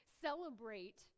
celebrate